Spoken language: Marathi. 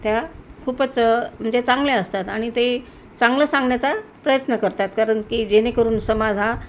त्या खूपच म्हणजे चांगल्या असतात आणि ते चांगलं सांगण्याचा प्रयत्न करतात कारण की जेणेकरून समाज हा